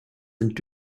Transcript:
sind